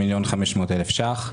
2 מיליון ו-500 אלף שקלים.